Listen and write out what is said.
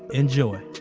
enjoy